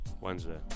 Wednesday